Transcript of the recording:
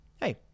Hey